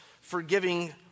forgiving